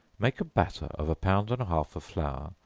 make a batter of a pound and a half of flour,